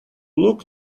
look